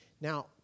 Now